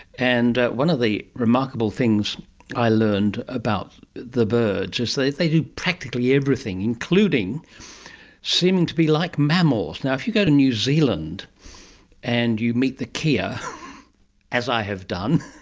and one of the remarkable things i learned about the birds is they they do practically everything, including seeming to be like mammals. if you go to new zealand and you meet the kea, ah as i have done,